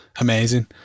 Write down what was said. amazing